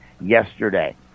yesterday